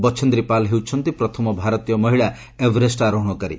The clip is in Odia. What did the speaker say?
ବଛେନ୍ଦ୍ରୀ ପାଲ୍ ହେଉଛନ୍ତି ପ୍ରଥମ ଭାରତୀୟ ମହିଳା ଏଭେରେଷ୍ଟ ଆରୋହଣକାରୀ